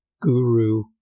guru